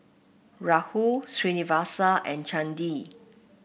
Rahul Srinivasa and Chandi